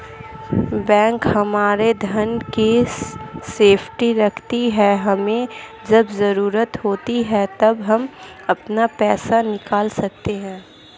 bank हमारे धन की सेफ्टी रखती है हमे जब जरूरत होती है तब हम अपना पैसे निकल सकते है